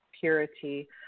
purity